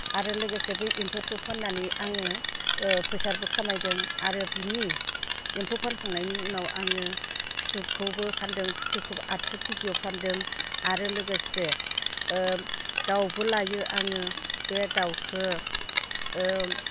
आरो लोगोसे बै एम्फौखौ फाननानै आङो फैसाबो खामायदों आरो बेनि एम्फौ फानखांनायनि उनाव आङो फिथोबखौबो फान्दों फिथोबखौबो आतस' केजियाव फान्दों आरो लोगोसे दाउबो लायो आङो बे दाउखौ